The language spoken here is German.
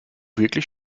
wirklich